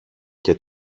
και